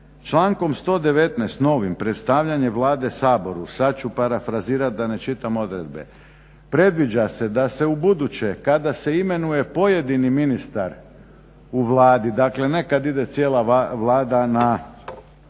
člankom 119. novim predstavljanje Vlade Saboru sada ću parafrazirati da ne čitam odredbe, predviđa se da se ubuduće kada se imenuje pojedini ministar u Vladi, dakle ne kada ide cijela Vlada na